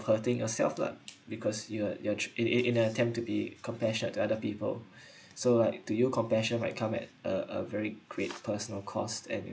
hurting yourself lah because you are you're in in in attempt to be compassionate to other people so like to you compassion might come at uh uh very great personal cost and